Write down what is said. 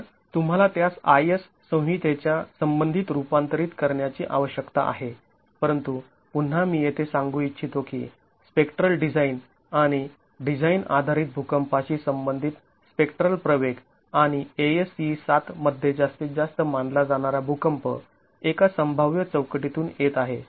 तर तुम्हाला त्यास IS संहितेच्या संबंधित रूपांतरित करण्याची आवश्यकता आहे परंतु पुन्हा मी येथे सांगू इच्छितो की स्पेक्ट्रल डिझाईन आणि डिझाईन आधारित भूकंपाशी संबंधित स्पेक्ट्रल प्रवेग आणि ASCE ७ मध्ये जास्तीत जास्त मानला जाणारा भूकंप एका संभाव्य चौकटीतून येत आहे